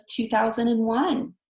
2001